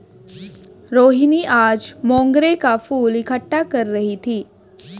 रोहिनी आज मोंगरे का फूल इकट्ठा कर रही थी